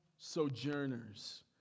sojourners